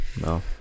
No